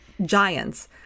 giants